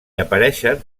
apareixen